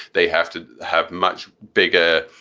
they have to have much bigger,